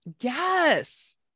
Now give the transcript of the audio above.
Yes